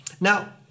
Now